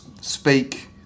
speak